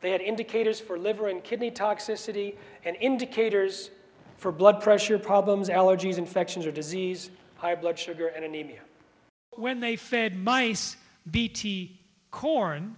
they had indicators for liver and kidney toxicity and indicators for blood pressure problems allergies infections or disease high blood sugar and anemia when they fed mice b t corn